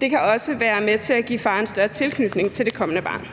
Det kan også være med til at give faren større tilknytning til det kommende barn.